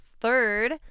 third